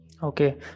Okay